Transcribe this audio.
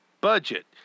budget